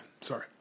Sorry